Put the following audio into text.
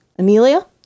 Amelia